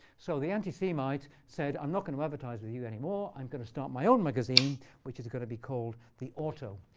so the anti-semite said, i'm not going to advertise with you anymore. i'm going to start my own magazine which is going to be called the auto.